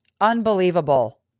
Unbelievable